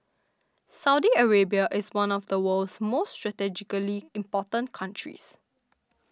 Saudi Arabia is one of the world's most strategically important countries